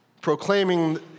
proclaiming